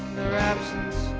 their absence